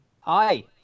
Hi